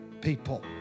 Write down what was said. people